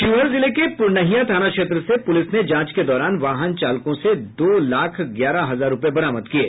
शिवहर जिले के पुरनहिया थाना क्षेत्र से पुलिस ने जांच के दौरान वाहन चालकों से दो लाख ग्यारह हजार रुपये बरामद किये